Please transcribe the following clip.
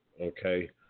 Okay